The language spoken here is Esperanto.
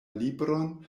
libron